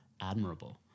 admirable